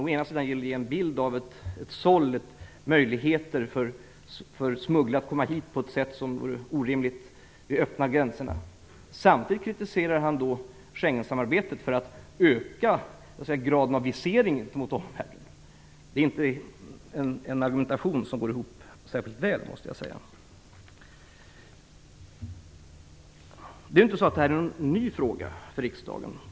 Å ena sidan vill han ge en bild av ett såll, fria möjligheter för smugglare att komma hit över de öppna gränserna. Å andra sidan kritiserar han Schengenländerna för att öka graden av visering gentemot andra länder. Den argumentationen går inte särskilt bra ihop. Det här är ingen ny fråga för riksdagen.